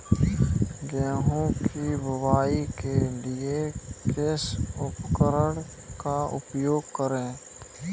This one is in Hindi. गेहूँ की बुवाई के लिए किस उपकरण का उपयोग करें?